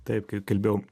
taip kai kalbėjom